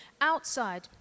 outside